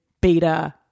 beta